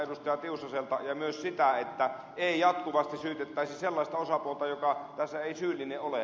tiusaselta ja myös sitä että ei jatkuvasti syytettäisi sellaista osapuolta joka tässä ei syyllinen ole